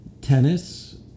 Tennis